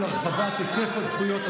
הרחבת היקף הזכויות),